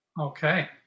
Okay